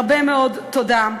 הרבה מאוד תודה.